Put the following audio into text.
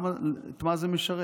את מה זה משרת?